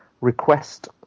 Request